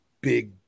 big